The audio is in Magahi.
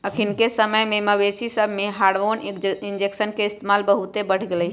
अखनिके समय में मवेशिय सभमें हार्मोन इंजेक्शन के इस्तेमाल बहुते बढ़ गेलइ ह